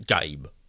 game